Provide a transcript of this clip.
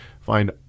Find